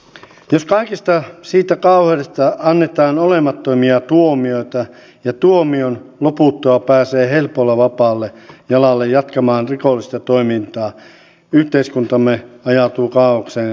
jos kaikesta siitä kauheudesta annetaan olemattomia tuomioita ja tuomion loputtua pääsee helpolla vapaalle jalalle jatkamaan rikollista toimintaa yhteiskuntamme ajautuu kaaokseen ja anarkiaan